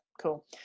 cool